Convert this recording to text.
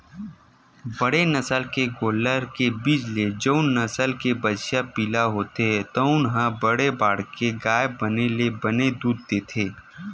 बने नसल के गोल्लर के बीज ले जउन नसल के बछिया पिला होथे तउन ह बड़े बाड़के गाय बने ले बने दूद देथे